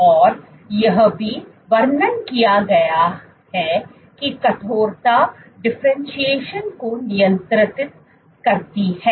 और यह भी वर्णन किया गया है कि कठोरता डिफरेंटशिएशन को नियंत्रित करती है